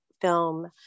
film